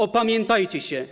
Opamiętajcie się.